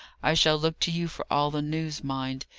i shall look to you for all the news, mind!